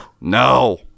no